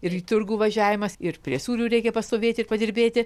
ir į turgų važiavimas ir prie sūrių reikia pastovėti ir padirbėti